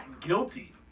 guilty